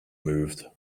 moved